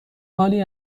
حالی